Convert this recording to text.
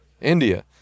India